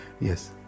Yes